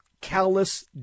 callous